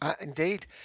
Indeed